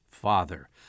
Father